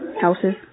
Houses